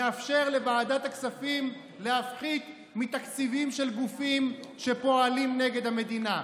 הוא מאפשר לוועדת הכספים להפחית מתקציבים של גופים שפועלים נגד המדינה.